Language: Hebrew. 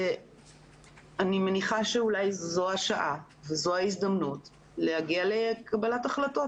אני מניחה שאולי זו השעה וזו ההזדמנות להגיע לקבלת החלטות.